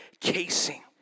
casing